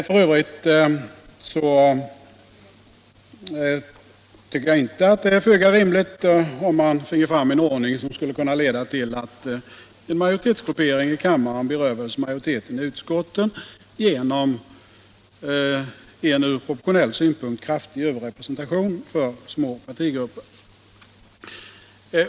F. ö. tycker jag att det är föga rimligt om man finge fram en ordning som skulle kunna leda till att en majoritetsgruppering i kammaren berövades majoriteten i utskotten genom en ur proportionell synvinkel kraftig överrepresentation för små partigrupper.